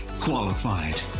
qualified